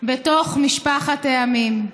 בתוך משפחת העמים.